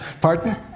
Pardon